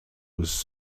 was